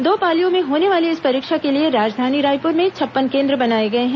दो पालियों में होने वाली इस परीक्षा के लिए राजधानी रायपुर में छप्पन केंद्र बनाए गए हैं